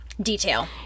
detail